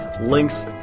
links